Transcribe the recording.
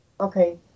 Okay